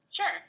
sure